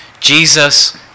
Jesus